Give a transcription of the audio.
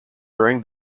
during